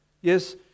Yes